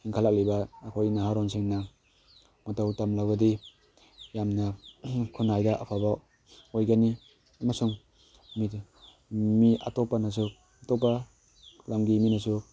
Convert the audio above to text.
ꯏꯟꯈꯠꯂꯛꯂꯤꯕ ꯑꯩꯈꯣꯏ ꯅꯍꯥꯔꯣꯜꯁꯤꯡꯅ ꯃꯇꯧ ꯇꯝꯂꯕꯗꯤ ꯌꯥꯝꯅ ꯈꯨꯟꯅꯥꯏꯗ ꯑꯐꯕ ꯑꯣꯏꯒꯅꯤ ꯑꯃꯁꯨꯡ ꯃꯤ ꯑꯇꯣꯞꯄꯅꯁꯨ ꯑꯇꯣꯞꯄ ꯂꯝꯒꯤ ꯃꯤꯅꯁꯨ